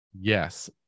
Yes